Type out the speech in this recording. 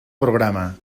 programa